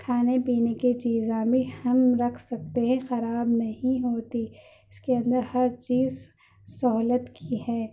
کھانے پینے کے چیزاں بھی ہم رکھ سکتے ہیں خراب نہیں ہوتی اس کے اندر ہر چیز سہولت کی ہے